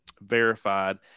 verified